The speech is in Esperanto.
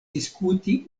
diskuti